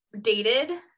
dated